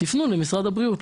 תפנו למשרד הבריאות,